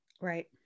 Right